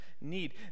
need